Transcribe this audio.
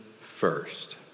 first